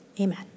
amen